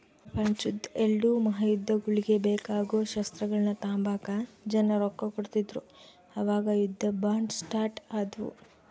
ಪ್ರಪಂಚುದ್ ಎಲ್ಡೂ ಮಹಾಯುದ್ದಗುಳ್ಗೆ ಬೇಕಾಗೋ ಶಸ್ತ್ರಗಳ್ನ ತಾಂಬಕ ಜನ ರೊಕ್ಕ ಕೊಡ್ತಿದ್ರು ಅವಾಗ ಯುದ್ಧ ಬಾಂಡ್ ಸ್ಟಾರ್ಟ್ ಆದ್ವು